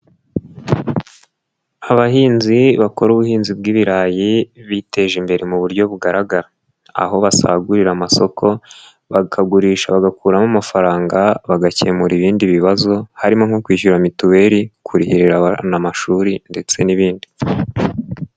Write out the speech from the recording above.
Abahinzi bakora ubuhinzi bw'ibirayi biteje imbere mu buryo bugaragara. Aho basagurira amasoko, bakagurisha bagakuramo amafaranga, bagakemura ibindi bibazo, harimo nko kwishyura mituweri, kurihirira abana amashuri ndetse n'ibindi.